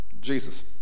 Jesus